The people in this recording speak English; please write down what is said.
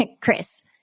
Chris